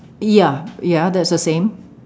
ya ya that's the same